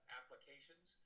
applications